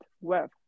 web